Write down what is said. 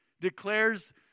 declares